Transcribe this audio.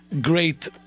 great